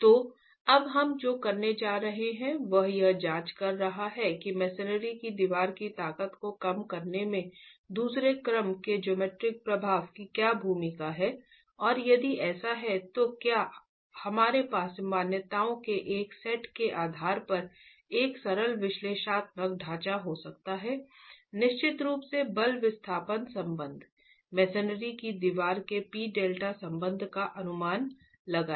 तो अब हम जो करने जा रहे हैं वह यह जांच कर रहा है कि मसनरी की दीवार की ताकत को कम करने में दूसरे क्रम के जियोमेट्रिक प्रभाव की क्या भूमिका है और यदि ऐसा है तो क्या हमारे पास मान्यताओं के एक सेट के आधार पर एक सरल विश्लेषणात्मक ढांचा हो सकता है निश्चित रूप से बल विस्थापन संबंध मसनरी की दीवार के पी डेल्टा संबंध का अनुमान लगाएं